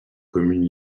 communes